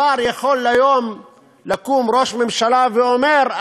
אבל יכול היום לקום ראש ממשלה ולומר: